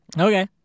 Okay